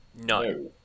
No